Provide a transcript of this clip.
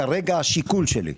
כרגע, השיקול שלי,